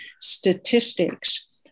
statistics